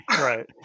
right